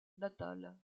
natale